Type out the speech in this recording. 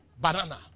banana